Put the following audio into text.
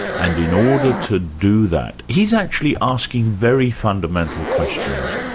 and in order to do that, he's actually asking very fundamental questions.